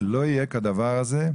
לא יהיה כדבר הזה,